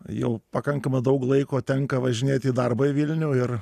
jau pakankamai daug laiko tenka važinėti į darbą į vilnių ir